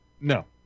No